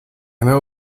know